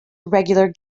regular